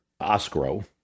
OSCRO